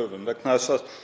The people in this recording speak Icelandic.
höfum. Það